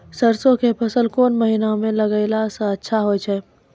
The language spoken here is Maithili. सरसों के फसल कोन महिना म लगैला सऽ अच्छा होय छै?